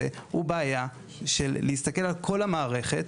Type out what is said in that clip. הוא בעיה של להסתכל על כל המערכת,